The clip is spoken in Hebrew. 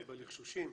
הרבה לחשושים.